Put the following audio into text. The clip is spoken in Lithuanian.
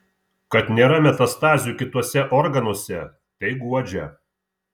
kad nėra metastazių kituose organuose tai guodžia